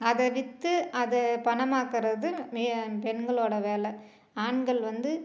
அதை விற்று அதை பணமாக்குறது பெண்களோட வேலை ஆண்கள் வந்து